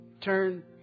Turn